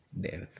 death